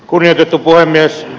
kunnioitettu puhemies